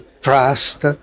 trust